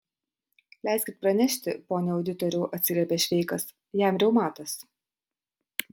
leiskit pranešti pone auditoriau atsiliepė šveikas jam reumatas